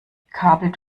kabel